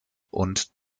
und